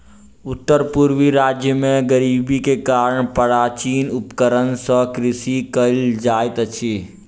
उत्तर पूर्वी राज्य में गरीबी के कारण प्राचीन उपकरण सॅ कृषि कयल जाइत अछि